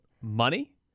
money